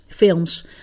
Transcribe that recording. films